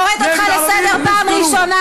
אני קוראת אותך לסדר פעם ראשונה.